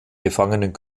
gefangenen